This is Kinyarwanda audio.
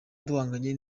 duhanganye